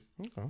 Okay